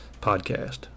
Podcast